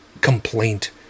complaint